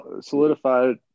solidified